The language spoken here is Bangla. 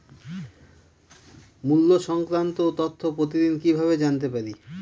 মুল্য সংক্রান্ত তথ্য প্রতিদিন কিভাবে জানতে পারি?